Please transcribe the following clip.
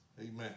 Amen